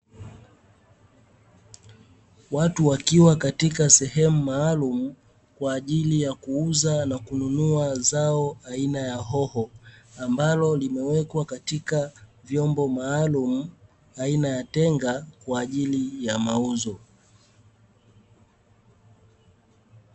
Watu wakiwa katika sehemu maalumu kwa ajili ya kuuza na kununua zao aina ya hoho, ambalo limewekwa katika vyombo maalumu aina ya tenga kwa ajili ya mauzo.